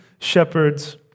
shepherds